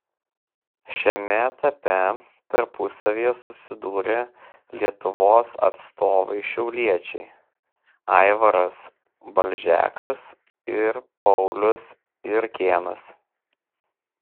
šiame etape tarpusavyje susidūrė lietuvos atstovai šiauliečiai aivaras balžekas ir paulius jurkėnas